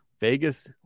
Vegas